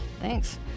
thanks